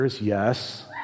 Yes